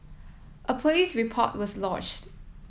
a police report was lodged